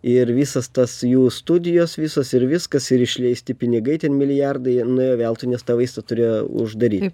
ir visas tas jų studijos visos ir viskas ir išleisti pinigai ten milijardai nuėjo veltui nes tą vaistą turėjo uždaryt